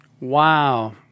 Wow